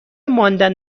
ماندن